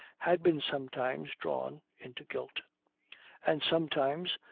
had been sometimes drawn into guilt and sometimes,